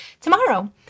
tomorrow